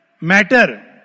Matter